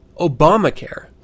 Obamacare